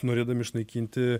norėdami išnaikinti